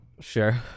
Sure